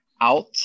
out